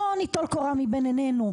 בוא ניטול קורה מבין עינינו,